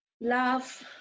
Love